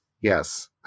yes